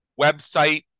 website